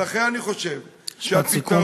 ולכן אני חושב, משפט סיכום.